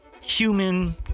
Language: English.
human